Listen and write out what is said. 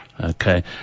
Okay